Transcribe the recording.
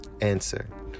Answer